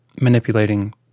manipulating